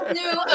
new